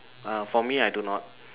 uh for me I do not